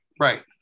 Right